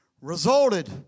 resulted